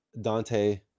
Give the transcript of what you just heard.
Dante